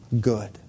good